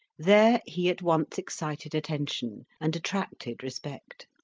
there he at once excited attention, and attracted respect.